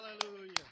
Hallelujah